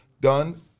done